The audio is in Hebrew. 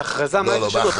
בהכרזה, מה יש לשנות?